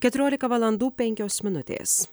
keturiolika valandų penkios minutės